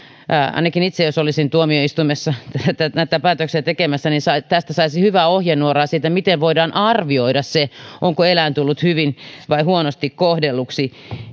ainakin jos itse olisin tuomioistuimessa näitä päätöksiä tekemässä niin tästä saisi hyvää ohjenuoraa siitä miten voidaan arvioida se onko eläin tullut hyvin vai huonosti kohdelluksi